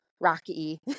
Rocky